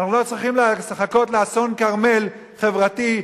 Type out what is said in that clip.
אנחנו לא צריכים לחכות לאסון כרמל חברתי,